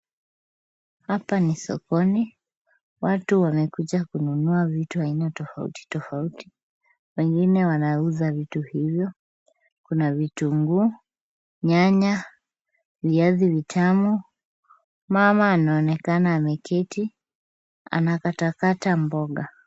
Hapa ni sokoni, watu wamekuja kununua vitu aina tofauti tofauti, wengine wanauza vitu hizo , kuna vitunguu, nyanya , viazi vitamu. Mama anaonekana ameketi anakatakata mboga.